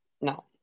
no